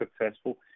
successful